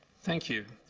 thank you.